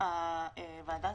הוועדה